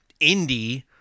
indie